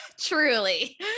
Truly